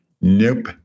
nope